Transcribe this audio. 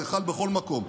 זה חל בכל מקום,